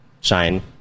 shine